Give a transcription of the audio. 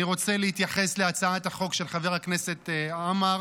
אני רוצה להתייחס להצעת החוק של חבר הכנסת עמאר,